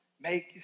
Make